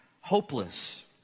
hopeless